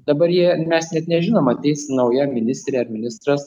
dabar jie mes net nežinom ateis nauja ministrė ar ministras